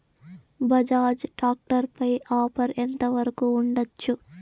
Bajaj tractor పై offer ఎంత వరకు ఉండచ్చు?